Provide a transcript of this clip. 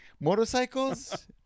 Motorcycles